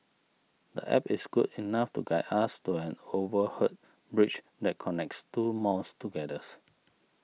the App is good enough to guide us to an overhead bridge that connects two malls together